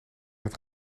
het